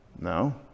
No